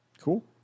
Cool